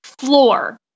floor